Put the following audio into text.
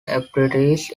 apprentices